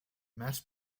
mass